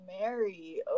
Mary